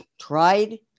tried